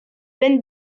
ben